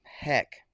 heck